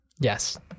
Yes